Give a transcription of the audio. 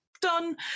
done